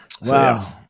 Wow